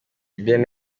bien